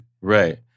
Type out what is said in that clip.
Right